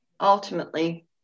ultimately